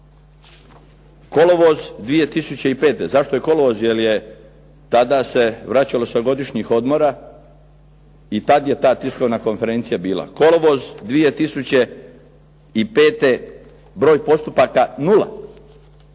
kolovoz 2005., zašto je kolovoz, jer je tada se vraćalo sa godišnjih odmora i tada je ta tiskovna konferencija bila, kolovoz 2005. broj postupaka nula.